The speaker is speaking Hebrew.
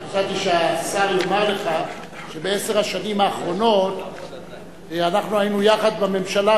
אני חשבתי שהשר יאמר לך שבעשר השנים האחרונות אנחנו היינו יחד בממשלה,